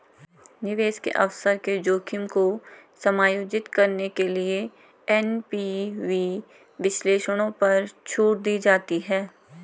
निवेश के अवसर के जोखिम को समायोजित करने के लिए एन.पी.वी विश्लेषणों पर छूट दी जाती है